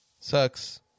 Sucks